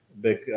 big